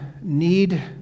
need